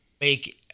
make